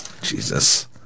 Jesus